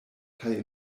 kaj